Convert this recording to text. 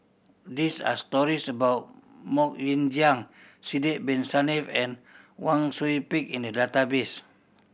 this are stories about Mok Ying Jang Sidek Bin Saniff and Wang Sui Pick in the database